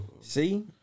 See